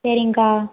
சரிங்க்கா